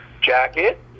jacket